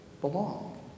belong